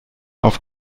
auf